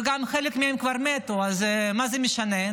וגם חלק מהם כבר מתו, אז מה זה משנה?